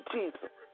Jesus